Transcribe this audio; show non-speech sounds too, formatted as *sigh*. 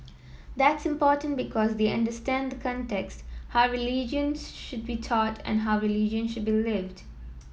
that's important because they understand the context how religion *unintelligible* should be taught and how religion should be lived